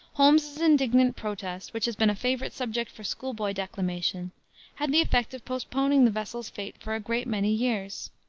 holmes's indignant protest which has been a favorite subject for school-boy declamation had the effect of postponing the vessel's fate for a great many years.